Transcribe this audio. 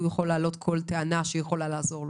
יכול להעלות כל טענה שיכולה לעזור לו.